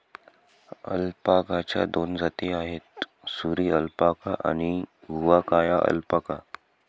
अल्पाकाच्या दोन जाती आहेत, सुरी अल्पाका आणि हुआकाया अल्पाका